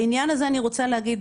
בעניין הזה אני רוצה להגיד,